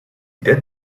did